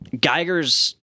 Geiger's